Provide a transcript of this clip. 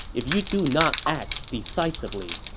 if you do not act decisively,